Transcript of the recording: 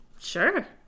Sure